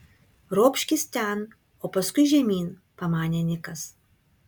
ropškis ten o paskui žemyn pamanė nikas